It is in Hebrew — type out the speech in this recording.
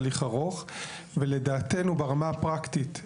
בהודעה כאמור יפורטו